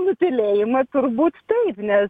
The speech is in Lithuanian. nutylėjimą turbūt taip nes